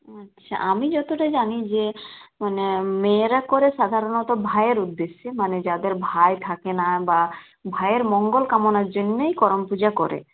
আচ্ছা আমি যতটা জানি যে মানে মেয়েরা করে সাধারণত ভাইয়ের উদ্দেশ্যে মানে যাদের ভাই থাকে না বা ভাইয়ের মঙ্গল কামনার জন্যেই করম পূজা করে